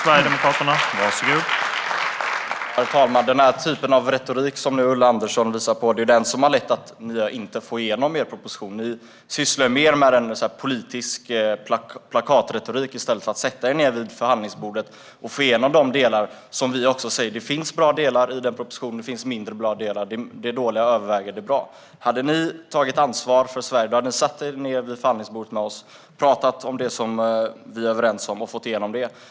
Herr talman! Det är den typ av retorik som Ulla Andersson visar prov på som har lett till att ni inte får igenom er proposition. Ni sysslar med politisk plakatretorik i stället för att sätta er ned vid förhandlingsbordet och få igenom de delar som vi också säger är bra. Det finns både bra och mindre bra delar i propositionen, men det dåliga överväger. Hade ni tagit ansvar för Sverige hade ni satt er ned vid förhandlingsbordet med oss, talat om det som vi är överens om och fått igenom det.